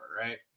right